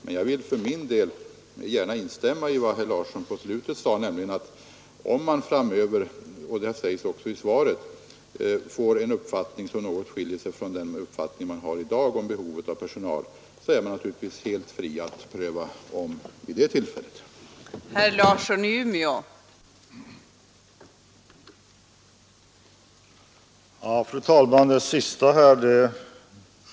Men jag vill gärna instämma i vad herr Larsson sade i slutet av sitt anförande, nämligen att om man framöver kommer till en uppfattning som något skiljer sig från uppfattningen i dag i vad gäller behov utav personal, så är man naturligtvis vid SJ oförhindrad att ompröva personalbehovet. Det står också i svaret.